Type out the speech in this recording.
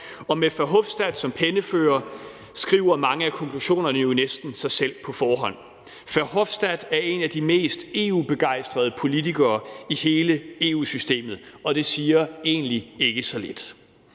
og med Verhofstadt som pennefører skriver mange af konklusionerne jo næsten sig selv på forhånd. Verhofstadt er en af de mest EU-begejstrede politikere i hele EU-systemet, og det siger ikke så lidt.